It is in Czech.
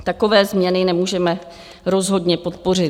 Takové změny nemůžeme rozhodně podpořit.